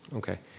okay.